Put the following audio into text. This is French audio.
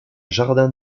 jardin